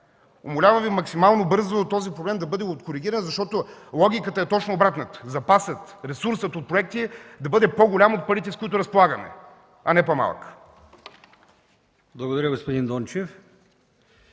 Умолявам Ви максимално бързо този проблем да бъде коригиран, защото логиката е точно обратната – запасът, ресурсът от проекти да бъде по-голям от парите, с които разполагаме, а не по-малък.